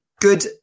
good